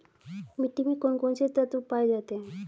मिट्टी में कौन कौन से तत्व पाए जाते हैं?